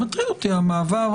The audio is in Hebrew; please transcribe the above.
מטריד אותי המעבר,